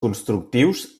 constructius